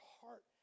heart